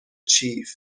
chief